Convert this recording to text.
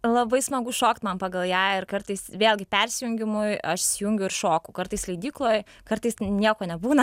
labai smagu šokt man pagal ją ir kartais vėlgi persijungimui aš įsijungiu ir šoku kartais leidykloj kartais nieko nebūna